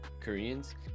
Koreans